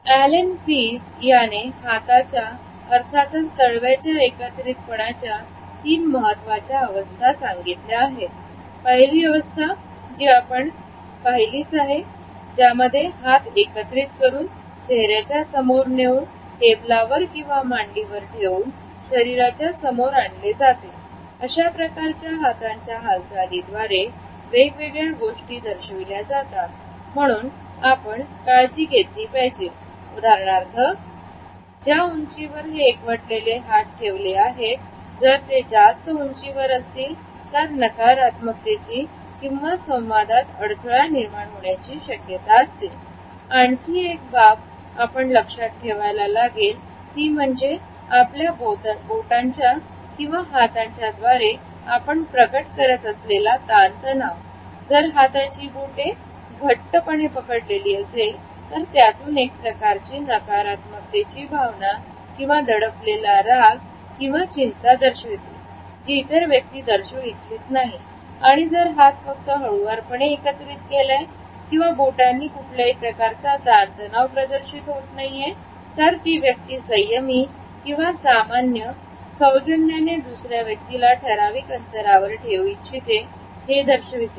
Ellen Pease याने हाताच्या अर्थातच तळव्याच्या एकत्रित पणाच्या तीन महत्त्वाच्या अवस्था सांगितल्या आहेत पहिली अवस्था जी आपण पाहिलेच आहे त्याच्यामध्ये हात एकत्रित करून चेहऱ्याच्या समोर नेऊन टेबलावर किंवा मांडीवर ठेवून शरीराच्या समोर आणले जाते अशा प्रकारच्या हातांच्या हालचाली द्वारे वेगवेगळ्या गोष्टी दर्शविल्या जातात म्हणून आपण काळजी घेतली पाहिजे उदाहरणार्थ या उंचीवर हे एकवटलेले हात ठेवले आहेत जर ते जास्त उंचीवर ठेवले असतील तर नकारात्मक तेची किंवा संवादात अडथळा निर्माण होण्याची शक्यता असते आणखी एक बाब आपण लक्षात ठेवायला लागेल ती म्हणजे आपल्या हाताच्या किंवा बोटांचा द्वारे आपण प्रकट करत असलेला तान तनाव जर हाताची बोटे घट्टपणे पकडलेली असेल तर त्यातून एक प्रकारची नकारात्मक तेची भावना किंवा दडपलेला राग चिंता दर्शविते जी इतर व्यक्ती दर्शवू इच्छित नाही आणि जर हात फक्त हळुवारपणे एकत्रित केलाय किंवा बोटांनी कुठल्याही प्रकारचा तान तनाव प्रदर्शीत होत नाही आहे तर ती व्यक्ती संयमी किंवा सामान्य सौजन्याने दुसऱ्या व्यक्तीला ठराविक अंतरावर ठेवू इच्छिते हे दर्शविते